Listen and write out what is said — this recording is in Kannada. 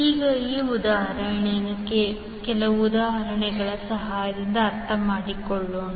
ಈಗ ಈ ಉದಾಹರಣೆಗಳನ್ನು ಕೆಲವು ಉದಾಹರಣೆಗಳ ಸಹಾಯದಿಂದ ಅರ್ಥಮಾಡಿಕೊಳ್ಳೋಣ